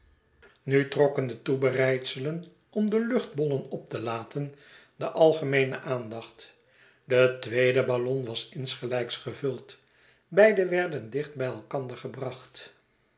nu trokken de toebereidselen om de luchtbollen op te laten de algemeene aandacht de tweede ballon was insgelijks gevuld beide werden dicht bij elkander gebracht